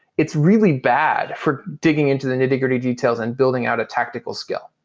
it's really bad for digging into the nitty-gritty details and building out a technical skill.